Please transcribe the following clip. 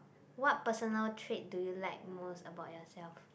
what personal trait do you like most about yourself